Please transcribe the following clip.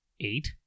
eight